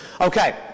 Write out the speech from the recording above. okay